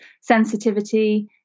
sensitivity